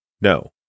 No